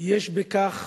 יש בכך